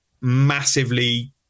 massively